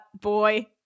boy